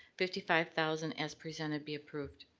fifty five thousand as presented be approved.